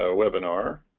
ah webinar